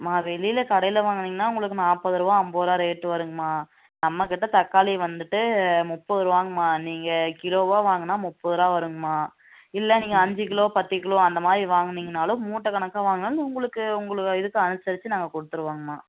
அம்மா வெளியில கடையில் வாங்கனிங்கன்னா உங்களுக்கு நாற்பதுருவா ஐம்பதுருவா ரேட்டு வருங்கமா நம்மக்கிட்ட தக்காளி வந்துவிட்டு முப்பதுருவாங்கமா நீங்கள் கிலோவாக வாங்கினா முப்பதுரூவா வருங்கமா இல்லை நீங்கள் அஞ்சு கிலோ பத்து கிலோ அந்த மாதிரி வாங்குனிங்கனாலும் மூட்டை கணக்காக வாங்குனாலும் உங்களுக்கு உங்களுக்கு இதுக்கு அனுசரிச்சு நாங்கள் கொடுத்துருவோங்மா